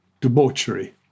debauchery